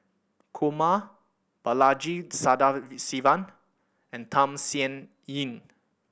Kumar Balaji Sadasivan and Tham Sien Yen